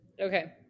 Okay